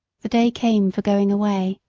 the day came for going away.